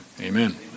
amen